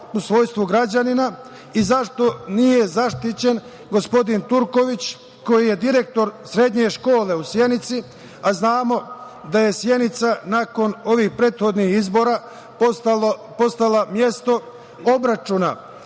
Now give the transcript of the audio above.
u svojstvu građanina? Zašto nije zaštićen gospodin Turković koji je direktor srednje škole u Sjenici, a znamo da je Sjenica nakon ovih prethodnih izbora postala mesto obračuna